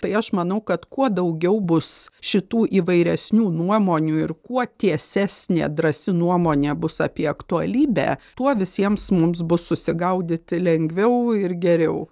tai aš manau kad kuo daugiau bus šitų įvairesnių nuomonių ir kuo tiesesnė drąsi nuomonė bus apie aktualybę tuo visiems mums bus susigaudyti lengviau ir geriau